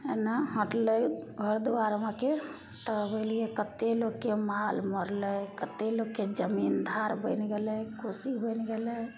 एना हटलय घर द्वार बाकी तब अयलियै कते लोगके माल मरलय कते लोगके जमीन धार बनि गेलय कोशी बनि गेलय